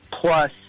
plus